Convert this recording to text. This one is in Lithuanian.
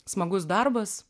smagus darbas